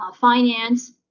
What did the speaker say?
finance